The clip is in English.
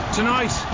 Tonight